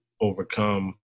overcome